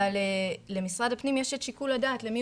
אבל למשרד הפנים יש את שיקול לדעת למי